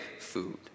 food